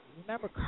Remember